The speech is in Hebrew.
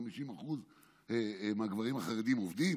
50% מהגברים החרדים עובדים.